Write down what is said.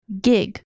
Gig